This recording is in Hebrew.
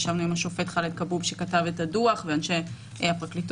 ישבנו עם השופט ח'אלד כבוב שכתב את הדוח ואנשי הפרקליטות,